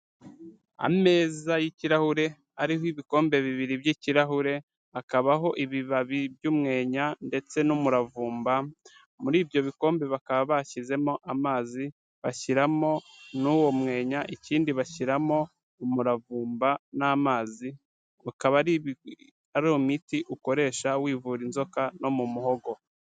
Ameza y'ikirahure ariho ibikombe bibiri by'ikirahure, akabaho ibibabi by'umwenya, ndetse n'umuravumba, muri ibyo bikombe bakaba bashyizemo amazi, bashyiramo n'uwo mwenya, ikindi bashyiramo umuravumba n'amazi, ukaba ari imiti ukoresha wivura inzoka no mu muhogo.